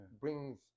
brings